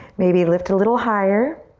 maybe lift a little higher.